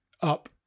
up